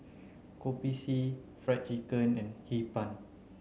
Kopi C fried chicken and Hee Pan